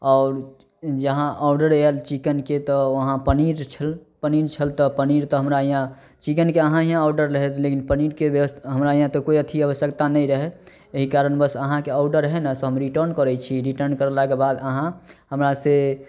आओर जहाँ ऑडर आएल चिकेनके तऽ वहाँ पनीर छल पनीर छल तऽ पनीर तऽ हमरा हिआँ चिकेनके अहाँ हिआँ ऑडर रहै लेकिन पनीरके ब्यस हमरा हिआँ तऽ कोइ अथी आवश्यकता नहि रहै एहि कारणवश अहाँके ऑडर रहै नहि से हम रिटर्न करै छी रिटर्न करलाके बाद अहाँ हमरासे